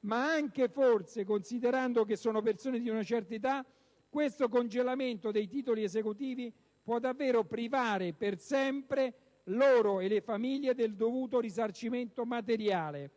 ma anche forse, considerando che sono persone di una certa età, questo congelamento dei titoli esecutivi può davvero privare per sempre loro e le famiglie del dovuto risarcimento materiale!